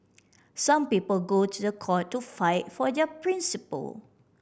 some people go to the court to fight for their principle